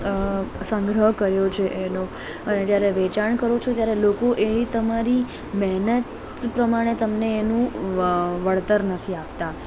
અ સંગ્રહ કર્યો છે એનો અને જ્યારે વેચાણ કરું છું ત્યારે લોકો એ એ તમારી મહેનત પ્રમાણે તેમને એનું અં વ વળતર નથી આપતા